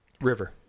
river